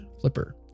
flipper